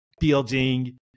building